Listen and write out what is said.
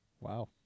Wow